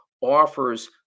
offers